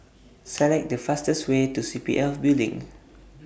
Select The fastest Way to SPF Building